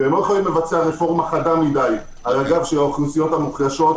ולא יכולים רפורמה חדה מדי על גב האוכלוסיות המוחלשות,